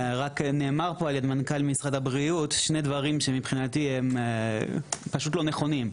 נאמר פה על ידי מנכ"ל משרד הבריאות שני דברים שמבחינתי פשוט לא נכונים.